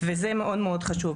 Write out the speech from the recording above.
וזה מאוד-מאוד חשוב.